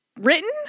written